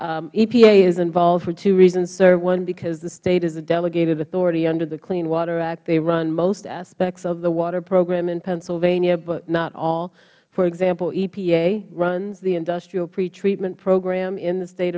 epa is involved for two reasons sir one because the state is a delegated authority under the clean water act they run most aspects of the water program in pennsylvania but not all for example epa runs the industrial pretreatment program in the state